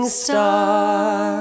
star